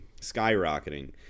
skyrocketing